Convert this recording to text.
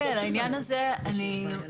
רק לעניין הזה אני,